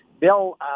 Bill